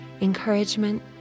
encouragement